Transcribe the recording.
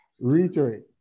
reiterate